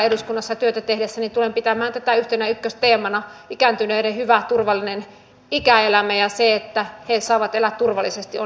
päädyttiin väittelemään siitä onko lakia eu oikeuden vuoksi pakko muuttaa vai ei sen sijaan että olisi keskusteltu siitä mikä on suomen etu